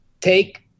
take